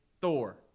Thor